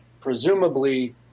presumably